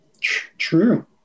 True